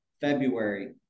February